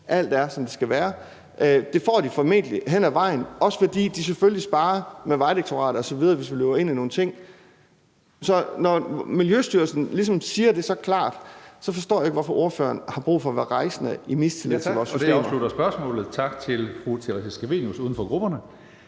alt er, som det skal være. Det får de formentlig hen ad vejen, også fordi de selvfølgelig sparrer med Vejdirektoratet osv., hvis vi løber ind i nogle ting. Så når Miljøstyrelsen ligesom siger det så klart, forstår jeg ikke, hvorfor spørgeren har brug for at være rejsende i mistillid til vores systemer.